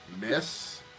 Miss